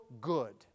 good